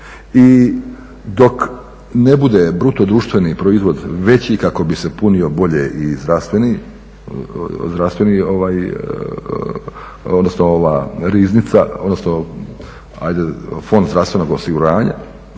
I dok ne bude BDP veći kako bi se punio bolje i zdravstveni odnosno ova riznica odnosno Fond zdravstvenog osiguranja